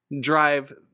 drive